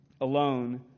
alone